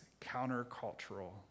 counter-cultural